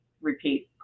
repeat